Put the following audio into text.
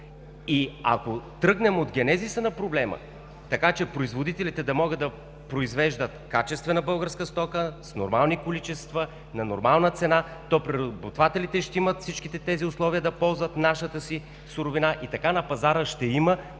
И ако тръгнем от генезиса на проблема, така че производителите да могат да произвеждат качествена българска стока, с нормални количества, на нормална цена, то преработвателите ще имат всичките тези условия да ползват нашата си суровина и така на пазара ще има